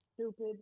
stupid